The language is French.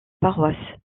paroisse